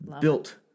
Built